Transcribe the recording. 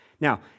Now